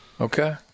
Okay